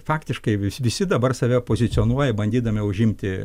faktiškai vis visi dabar save pozicionuoja bandydami užimti